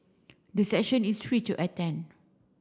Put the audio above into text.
the session is free to attend